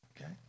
Okay